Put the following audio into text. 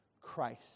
Christ